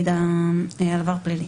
למידע על עבר פלילי.